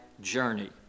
journey